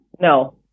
No